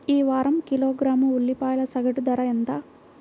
ఈ వారం కిలోగ్రాము ఉల్లిపాయల సగటు ధర ఎంత?